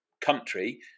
country